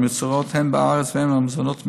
על מזונות בארץ והן על מזונות מיובאים.